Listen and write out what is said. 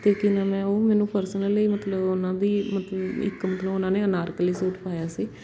ਅਤੇ ਕੀ ਨਾਮ ਹੈ ਉਹ ਮੈਨੂੰ ਪਰਸਨਲੀ ਮਤਲਬ ਉਹਨਾਂ ਦੀ ਮਤਲਬ ਇੱਕ ਮਤਲਬ ਉਹਨਾਂ ਨੇ ਅਨਾਰਕਲੀ ਸੂਟ ਪਾਇਆ ਸੀ